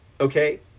okay